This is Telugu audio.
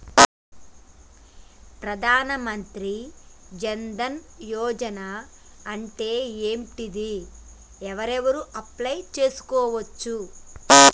ప్రధాన మంత్రి జన్ ధన్ యోజన అంటే ఏంటిది? ఎవరెవరు అప్లయ్ చేస్కోవచ్చు?